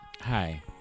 Hi